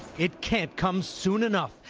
it can't come soon enough.